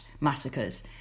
massacres